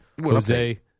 Jose